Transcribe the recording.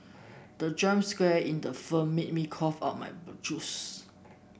the jump scare in the film made me cough out my juice